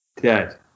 Dead